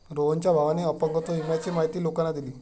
रोहनच्या भावाने अपंगत्व विम्याची माहिती लोकांना दिली